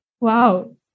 Wow